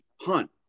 hunt